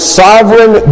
sovereign